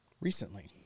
Recently